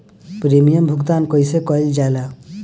Premium भुगतान कइसे कइल जाला?